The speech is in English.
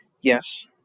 Yes